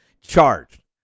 charged